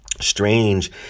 strange